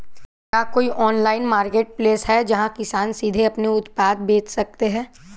क्या कोई online marketplace है जहाँ किसान सीधे अपने उत्पाद बेच सकते हैं?